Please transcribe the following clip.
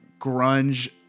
grunge